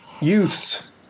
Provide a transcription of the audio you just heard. Youths